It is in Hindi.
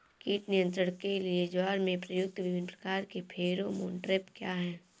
कीट नियंत्रण के लिए ज्वार में प्रयुक्त विभिन्न प्रकार के फेरोमोन ट्रैप क्या है?